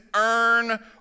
earn